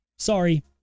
Sorry